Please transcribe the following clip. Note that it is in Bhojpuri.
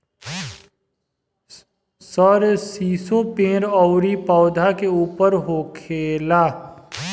सरीसो पेड़ अउरी पौधा के ऊपर होखेला